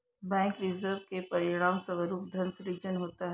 bank reserve के परिणामस्वरूप धन सृजन होता है